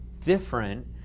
different